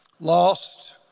lost